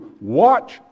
Watch